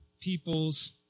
people's